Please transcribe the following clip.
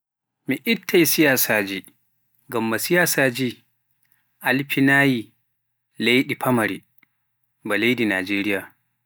Mi ittai siyasaji, ngam siyasaji amfinai leidi famari ba leidi Najeriya.